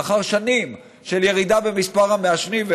לאחר שנים של ירידה במספר המעשנים,